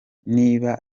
niba